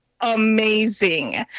amazing